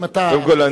קודם כול,